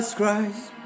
Christ